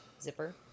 Zipper